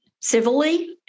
civilly